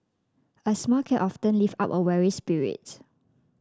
a smile can often lift up a weary spirit